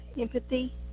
empathy